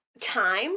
time